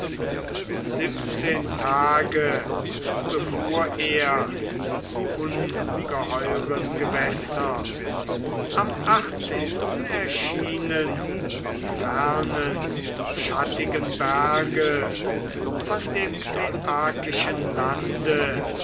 siebzehn tage befuhr er die ungeheuren gewässer am achtzehnten erschienen die fernen schattigen berge von dem phaiakischen lande